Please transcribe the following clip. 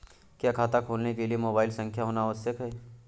क्या खाता खोलने के लिए मोबाइल संख्या होना आवश्यक है?